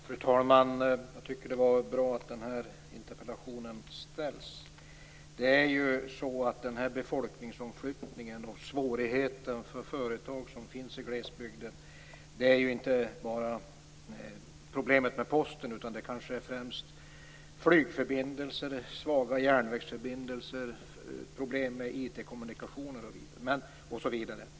Fru talman! Jag tycker att det är bra att den här interpellationen ställs. När det gäller befolkningsomflyttning och svårigheter för företag som finns i glesbygden är det inte bara problem med Posten. Det kanske främst är flygförbindelser, svaga järnvägsförbindelser och problem med IT-kommunikation.